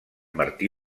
martí